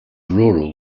rural